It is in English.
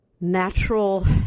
natural